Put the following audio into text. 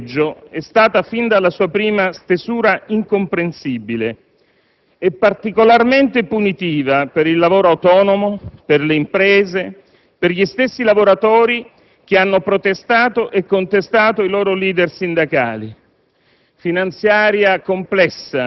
Pensata male e scritta peggio, è stata fin dalla sua prima stesura incomprensibile e particolarmente punitiva per il lavoro autonomo, per le imprese, per gli stessi lavoratori che hanno protestato e contestato i loro *leader* sindacali.